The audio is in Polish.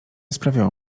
sprawiało